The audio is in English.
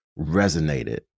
resonated